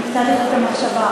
נקטע לי חוט המחשבה.